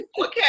okay